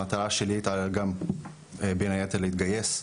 המטרה שלי הייתה גם בן היתר להתגייס,